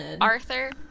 arthur